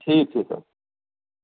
ठीक छै तऽ